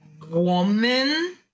woman